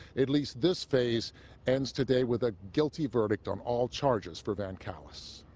at least this phase ends today with a guilty verdict on all charges for vancallis.